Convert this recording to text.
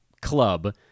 club